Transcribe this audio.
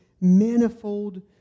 manifold